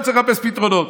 עכשיו לחפש פתרונות.